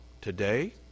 today